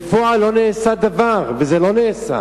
בפועל לא נעשה דבר, וזה לא נעשה.